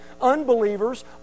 unbelievers